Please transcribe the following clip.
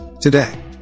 Today